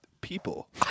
people